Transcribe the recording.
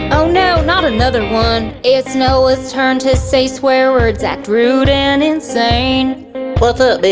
oh no, not another one! it's noah's turn to say swear words act rude and insane what's up